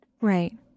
Right